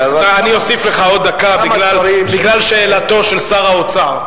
אוסיף לך עוד דקה בגלל שאלתו של שר האוצר.